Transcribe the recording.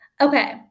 Okay